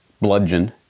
bludgeon